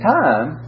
time